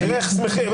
תראה איך הם שמחים.